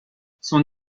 son